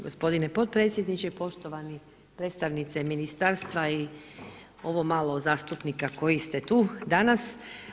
Gospodine potpredsjedniče, poštovane predstavnice ministarstva i ovo malo zastupnika koji ste tu, danas.